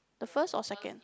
the first or second